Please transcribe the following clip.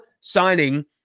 signing